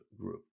group